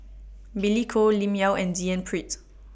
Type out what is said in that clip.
Billy Koh Lim Yau and D N Pritt